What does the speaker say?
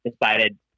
decided